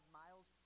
miles